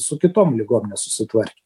su kitom ligom nesusitvarkė